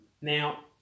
Now